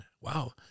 wow